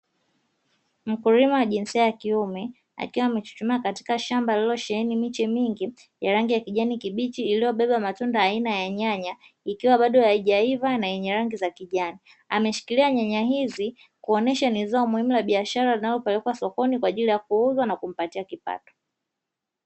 Mkulima wa jinsia ya kiume akiwa amechuchumaa katika shamba lililosheheni miche mingi ya rangi ya kijani kibichi iliyobeba matunda aina ya nyanya ikiwa bado haijaiva na yenye rangi za kijani, ameshikilia nyanya hizi kuonyesha ni zao muhimu la biashara linalopelekwa sokoni kwaajili ya kuuzwa na kumpatia kipato.